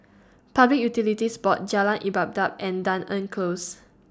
Public Utilities Board Jalan Ibadat and Dunearn Close